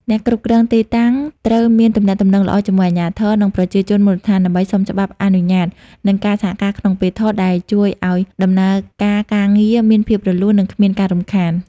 អ្នកគ្រប់គ្រងទីតាំងត្រូវមានទំនាក់ទំនងល្អជាមួយអាជ្ញាធរ និងប្រជាជនមូលដ្ឋាន ដើម្បីសុំច្បាប់អនុញ្ញាត និងការសហការក្នុងពេលថត ដែលជួយឱ្យដំណើរការការងារមានភាពរលូន និងគ្មានការរំខាន។